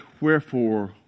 wherefore